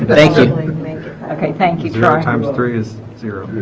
but thank you okay thank you john times three is zero